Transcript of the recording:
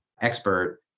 Expert